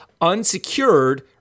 Unsecured